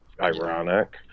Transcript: ironic